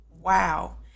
Wow